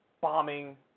bombing